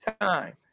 time